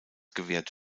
gewährt